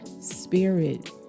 Spirit